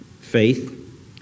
faith